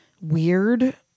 weird